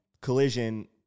collision